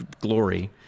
glory